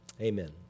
amen